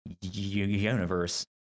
universe